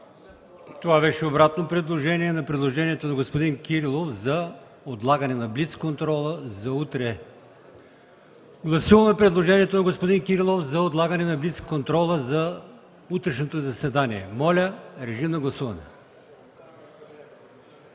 Това беше обратно предложение на предложението на господин Кирилов за отлагане на блиц контрола за утре. Гласуваме предложението на господин Кирилов за отлагане на блиц контрола за утрешното заседание. Гласували